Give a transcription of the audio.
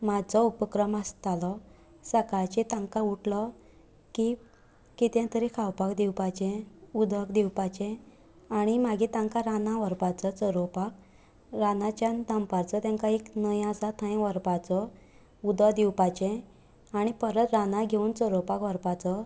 म्हजो उहक्रम आसतालो सकाळचे तांकां उठलो की कितें तरी खावपाक दिवपाचे उदक दिवपाचे आनी मागीर तांकां रानां व्हरपाचो चरोवपाक रानाच्यान दनपारचो तांकां एक न्हय आसा थंय व्हरपाचो उदक दिवपाचें आनी परत रानां घेवन चरोवपाक व्हरपाचो